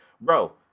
Bro